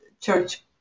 church